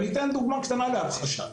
אני אתן דוגמה קטנה להמחשה.